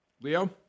leo